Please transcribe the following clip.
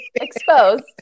exposed